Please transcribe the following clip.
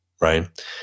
right